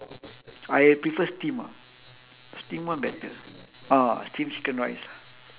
I prefer steam ah steam one better ah steam chicken rice